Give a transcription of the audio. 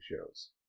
shows